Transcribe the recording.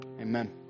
Amen